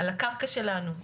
על הקרקע שלנו.